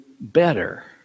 better